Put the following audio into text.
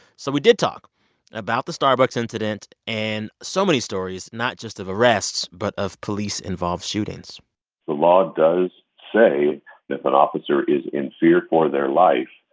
so we did talk about the starbucks incident and so many stories, not just of arrests but of police-involved shootings the law does say if an officer is in fear for their life,